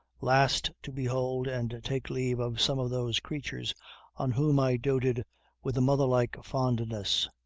last to behold and take leave of some of those creatures on whom i doted with a mother-like fondness,